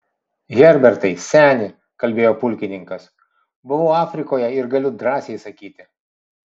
herbertai seni kalbėjo pulkininkas buvau afrikoje ir galiu drąsiai sakyti